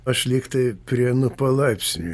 aš lygtai prenu palaipsniu